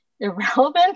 irrelevant